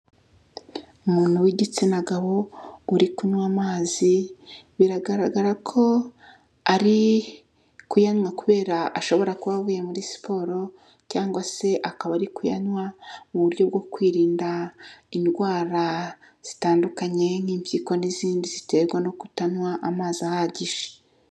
Umuntu w'igitsina gabo uri kunywa amazi, biragaragara ko ari kuyanywa kubera ashobora kuba avuye muri siporo cyangwa se akaba ari kuyanywa mu buryo bwo kwirinda indwara zitandukanye, nk'impyiko n'izindi ziterwa no kutanywa amazi ahagije.